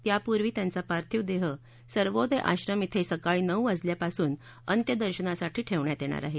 त्यापूर्वी त्यांचा पार्थिव देह सर्वोदय आश्रम इथं सकाळी नऊ वाजल्यापासून अंत्यदर्शनासाठी ठेवण्यात येणार आहे